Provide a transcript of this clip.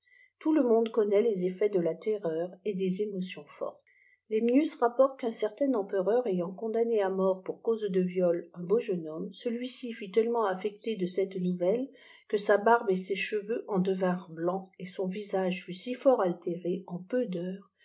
tout ttj ffltmàè cdifihalt les effets de la terreui et de émotions fortes liimut irtfpportè qu'on certain empreur ayant condamné à mort pour cause de viol un b aa jeime homme celui-ci fut tellëttéïvt ajfoèté dé cette notivelle que sa barbe et ses cheveux en deviflfèhl bknic et son visage fut li fort altéré en peu d'heuiéf